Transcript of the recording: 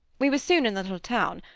we were soon in the little town,